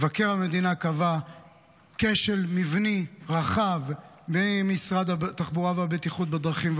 מבקר המדינה קבע כשל מבני רחב ממשרד התחבורה והבטיחות בדרכים,